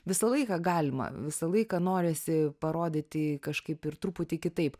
visą laiką galima visą laiką norisi parodyti jį kažkaip ir truputį kitaip